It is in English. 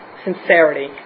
Sincerity